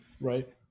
right